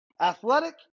Athletic